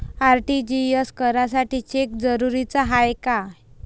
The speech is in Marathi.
आर.टी.जी.एस करासाठी चेक जरुरीचा हाय काय?